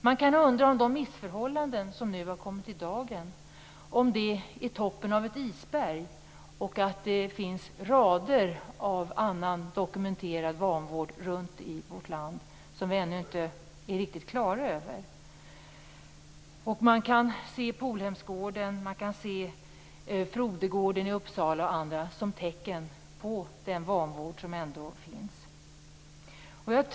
Man kan undra om de missförhållanden som nu har kommit i dagen bara är toppen av ett isberg och om det finns rader av annan dokumenterad vanvård runt om i vårt land som vi ännu inte riktigt vet om. Man kan se Polhemsgården, Frodegården i Uppsala m.fl. som tecken på den vanvård som finns.